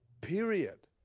Period